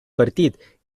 partit